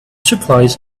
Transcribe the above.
supplies